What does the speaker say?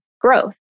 growth